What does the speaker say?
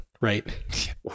right